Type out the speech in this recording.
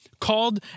called